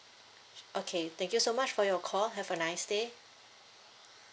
okay thank you so much for your call have a nice day